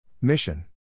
Mission